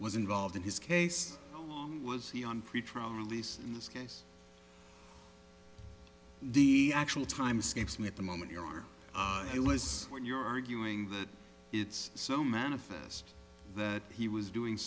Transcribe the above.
was involved in his case was he on pretrial release in this case the actual time escapes me at the moment your honor it was when you're arguing that it's so manifest that he was doing